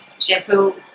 Shampoo